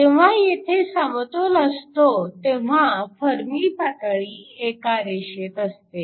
जेव्हा येथे समतोल असतो तेव्हा फर्मी पातळी एका रेषेत असते